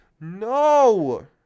No